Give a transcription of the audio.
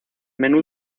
menú